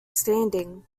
standing